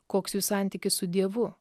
koks jų santykis su dievu